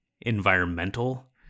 environmental